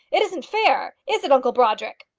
it isn't fair is it, uncle brodrick?